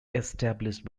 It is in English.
established